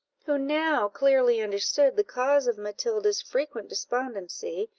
who now clearly understood the cause of matilda's frequent despondency,